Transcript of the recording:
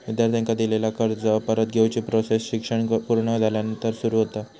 विद्यार्थ्यांका दिलेला कर्ज परत घेवची प्रोसेस शिक्षण पुर्ण झाल्यानंतर सुरू होता